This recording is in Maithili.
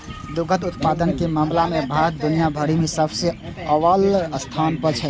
दुग्ध उत्पादन के मामला मे भारत दुनिया भरि मे सबसं अव्वल स्थान पर छै